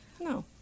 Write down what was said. no